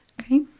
okay